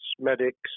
medics